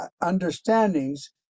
understandings